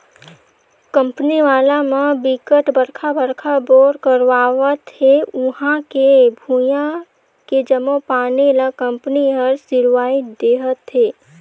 company वाला म बिकट बड़का बड़का बोर करवावत हे उहां के भुइयां के जम्मो पानी ल कंपनी हर सिरवाए देहथे